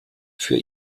für